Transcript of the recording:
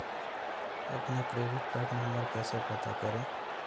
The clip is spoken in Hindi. अपना क्रेडिट कार्ड नंबर कैसे पता करें?